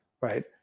right